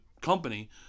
company